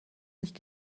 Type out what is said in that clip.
nicht